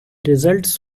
results